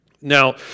Now